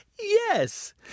Yes